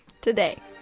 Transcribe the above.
today